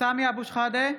סמי אבו שחאדה,